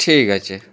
ঠিক আছে